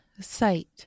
site